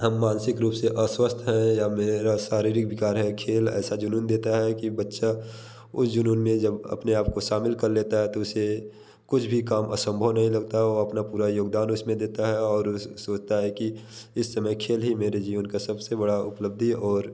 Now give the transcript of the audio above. हम मानसिक रूप से अस्वस्थ हैं या मेरा शारीरिक बिकार है खेल ऐसा जुनून देता है कि बच्चा उस जुनून में जब अपने आप को शामिल कर लेता है तो उसे कुछ भी काम असंभव नहीं लगता औ वो अपना पूरा योगदान उसमें देता है और उस सोचता है कि इस समय खेल ही मेरे जीवन का सबसे बड़ा उपलब्धि और